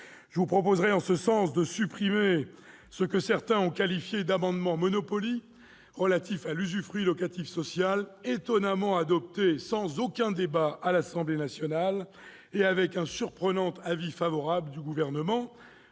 la disposition issue de ce que certains ont appelé l'« amendement Monopoly », relatif à l'usufruit locatif social, étonnamment adopté sans aucun débat à l'Assemblée nationale et avec un surprenant avis favorable du Gouvernement.